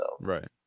Right